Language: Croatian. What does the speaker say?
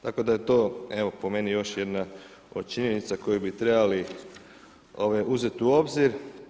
Tako da je to evo po meni još jedna od činjenica koju bi trebali uzeti u obzir.